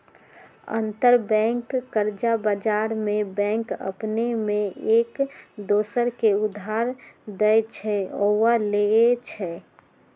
अंतरबैंक कर्जा बजार में बैंक अपने में एक दोसर के उधार देँइ छइ आऽ लेइ छइ